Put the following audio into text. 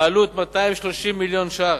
העלות, 230 מיליון שקלים.